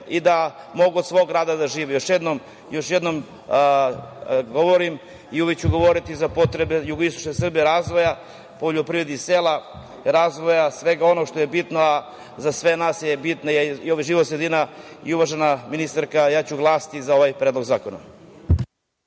i da mogu od svog rada da žive. Još jednom, govorim i uvek ću govoriti za potrebe jugoistočne Srbije i razvoja poljoprivrednih sela, razvoja svega onog što je bitno, a za sve nas je bitna životna sredina i, uvažena ministarka, ja ću glasati za ovaj Predlog zakona.